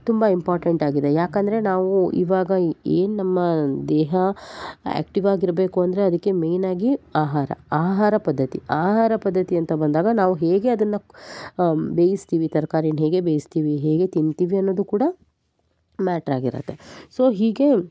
ತುಂಬ ಇಂಪಾರ್ಟೆಂಟಾಗಿದೆ ಯಾಕಂದರೆ ನಾವು ಇವಾಗ ಏನು ನಮ್ಮ ದೇಹ ಆ್ಯಕ್ಟಿವ್ ಆಗಿರಬೇಕು ಅಂದರೆ ಅದಕ್ಕೆ ಮೇಯ್ನಾಗಿ ಆಹಾರ ಆಹಾರ ಪದ್ಧತಿ ಆಹಾರ ಪದ್ಧತಿ ಅಂತ ಬಂದಾಗ ನಾವು ಹೇಗೆ ಅದನ್ನು ಬೇಯಿಸ್ತಿವಿ ತರ್ಕಾರಿಯನ್ನು ಹೇಗೆ ಬೇಯಿಸ್ತಿವಿ ಹೇಗೆ ತಿಂತೀವಿ ಅನ್ನೋದು ಕೂಡ ಮ್ಯಾಟ್ರ್ ಆಗಿರುತ್ತೆ ಸೊ ಹೀಗೆ